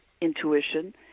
intuition